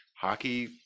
hockey